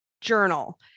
journal